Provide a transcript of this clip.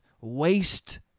waste